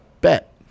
Bet